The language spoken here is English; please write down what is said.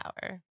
power